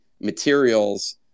materials